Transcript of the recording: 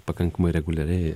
pakankamai reguliariai